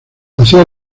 hacía